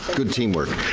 good teamwork.